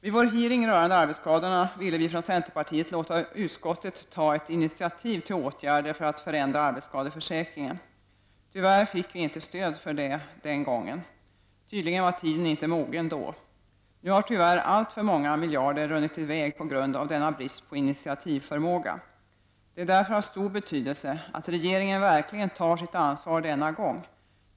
Vid vår hearing rörande arbetsskadorna ville vi från centerpartiet låta utskottet ta ett initiativ till åtgärder för att förändra arbetsskadeförsäkringen. Tyvärr fick vi inte stöd för detta den gången. Tydligen var tiden inte mogen då. Nu har tyvärr alltför många miljarder runnit i väg på grund av denna brist på initiativförmåga. Det är därför av stor betydelse att regeringen verkligen tar sitt ansvar denna gång.